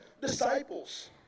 disciples